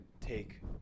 take